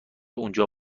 اونجا